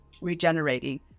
regenerating